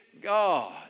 God